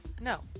No